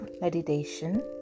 meditation